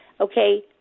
okay